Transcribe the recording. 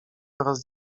oraz